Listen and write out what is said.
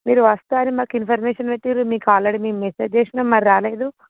మీరు వస్తారని మాకు ఇన్ఫర్మేషన్ పెట్టిర్రు మీకు ఆల్రెడీ మేమ్ మెసేజ్ చేసినాం మరి రాలేదు